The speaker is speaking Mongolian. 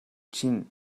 чинь